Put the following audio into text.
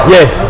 Yes